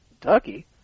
Kentucky